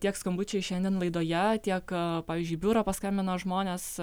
tiek skambučiai šiandien laidoje tiek pavyzdžiui į biurą paskambina žmonės